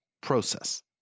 process